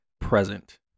present